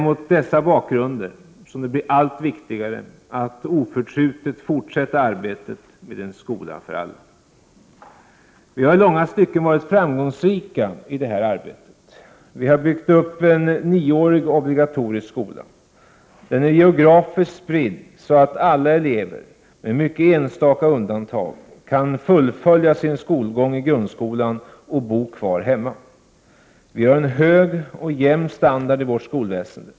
Mot denna bakgrund blir det allt viktigare att oförtrutet fortsätta arbetet med en skola för alla. Vi har i långa stycken varit framgångsrika i detta arbete. Vi byggt upp en nioårig obligatorisk skola. Den är geografiskt spridd, så att alla elever, med enstaka undantag, kan fullfölja sin skolgång i grundskolan och bo kvar hemma. Vi har en hög och jämn standard i vårt skolväsende.